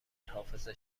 حافظه